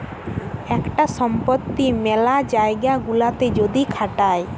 একটা সম্পত্তি মেলা জায়গা গুলাতে যদি খাটায়